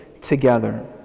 together